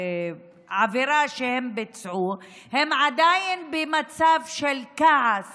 העבירה שהם ביצעו, הם עדיין במצב של כעס